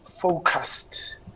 focused